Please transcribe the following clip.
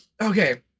okay